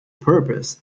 purpose